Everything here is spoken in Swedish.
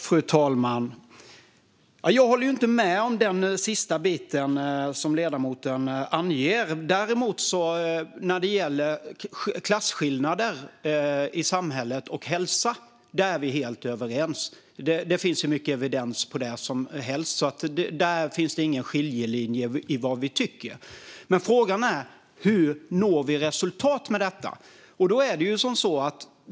Fru talman! Jag håller inte med om det sista som ledamoten anger. Däremot är vi helt överens när det gäller klasskillnader i samhället och hälsa. Det finns hur mycket evidens på det som helst, så där finns det ingen skiljelinje i vad vi tycker. Men frågan är: Hur når vi resultat när det gäller detta?